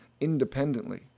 independently